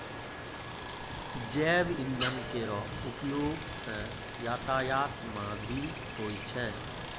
जैव इंधन केरो उपयोग सँ यातायात म भी होय छै